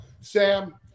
Sam